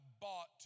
bought